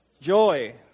Joy